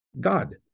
God